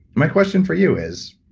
my question for you is,